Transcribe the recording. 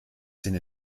sind